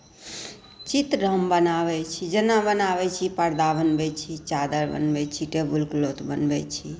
चित्र हम बनाबै छी जेना हम बनाबै छी पर्दा बनबै छी चादरि बनबै छी टेबलक्लॉथ हम बनबै छी